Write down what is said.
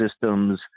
systems